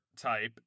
type